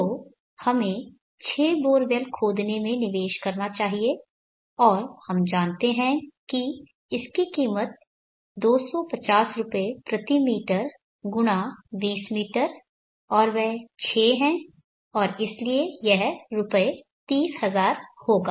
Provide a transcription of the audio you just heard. तो हमें 6 बोरवेल खोदने में निवेश करना चाहिए और हम जानते हैं कि इसकी कीमत लगभग 250 रुपयमी x 20 मीटर और वह 6 है और इसलिए यह रु 30000 होगा